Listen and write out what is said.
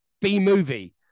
B-movie